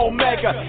Omega